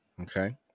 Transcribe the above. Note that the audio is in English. Okay